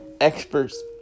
experts